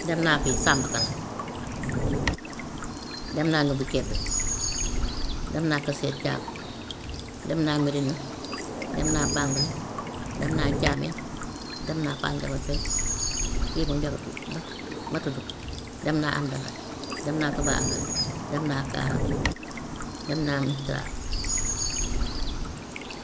Dem naa fii samm kala, dem naa mbabu kebe, dem naa kase thiam, dem naa medina, dem naa bangali, dem naa thiamène, dem naa paa ndiaga tioye, fii moom jarut tudd ndax ma tudd dem naa amndalaye, dem naa touba anglais, dem naa kaarang, dem naa missira.